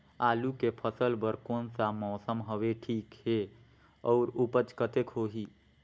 आलू के फसल बर कोन सा मौसम हवे ठीक हे अउर ऊपज कतेक होही?